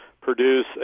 produce